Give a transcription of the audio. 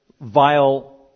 vile